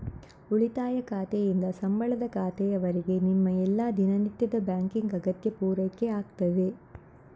ಉಳಿತಾಯ ಖಾತೆಯಿಂದ ಸಂಬಳದ ಖಾತೆಯವರೆಗೆ ನಿಮ್ಮ ಎಲ್ಲಾ ದಿನನಿತ್ಯದ ಬ್ಯಾಂಕಿಂಗ್ ಅಗತ್ಯ ಪೂರೈಕೆ ಆಗ್ತದೆ